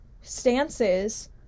stances